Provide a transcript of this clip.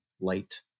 light